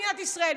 במדינת ישראל,